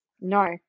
No